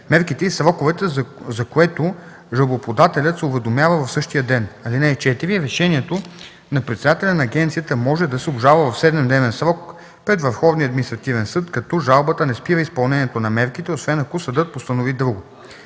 мерките и сроковете, за което жалбоподателят се уведомява в същия ден. (4) Решението на председателя на агенцията може да се обжалва в 7-дневен срок пред Върховния административен съд, като жалбата не спира изпълнението на мерките, освен ако съдът постанови друго.